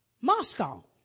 Moscow